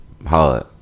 Hard